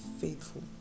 faithful